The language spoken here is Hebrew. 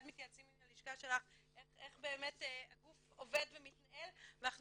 מתייעצים עם הלשכה שלך איך באמת הגוף עובד ומתנהל ואנחנו